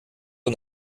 und